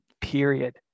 period